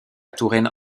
touraine